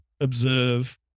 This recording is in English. observe